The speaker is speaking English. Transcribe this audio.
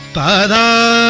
da da